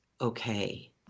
okay